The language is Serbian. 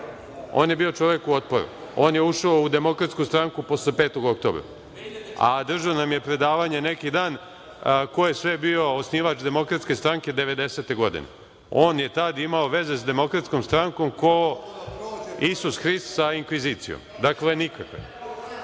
je bio u Otporu. On je ušao u Demokratsku stranku posle 5. oktobra, a držao nam je predavanje neki dan ko je sve bio osnivač Demokratske stranke 1990. godine. On je tad imao veze sa Demokratskom strankom ko Isus Hrist sa inkvizicijom. Dakle, nikakve. Što